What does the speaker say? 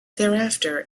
thereafter